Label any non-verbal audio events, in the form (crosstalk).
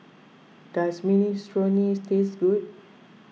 (noise) does Minestrone taste good